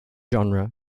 genre